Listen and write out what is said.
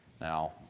Now